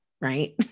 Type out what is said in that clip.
right